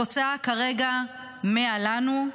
התוצאה כרגע: 100 לנו,